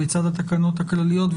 בצד התקנות הכלליות,